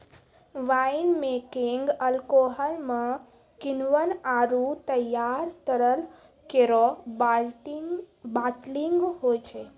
wine making alcohol म किण्वन आरु तैयार तरल केरो बाटलिंग होय छै